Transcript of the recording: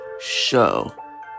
show